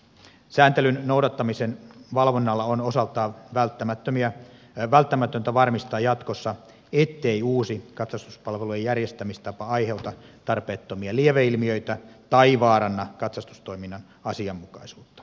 sääntelyn noudattamisen valvonnalla on osaltaan välttämätöntä varmistaa jatkossa ettei uusi katsastuspalvelujen järjestämistapa aiheuta tarpeettomia lieveilmiöitä tai vaaranna katsastustoiminnan asianmukaisuutta